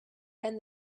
and